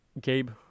Gabe